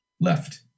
Left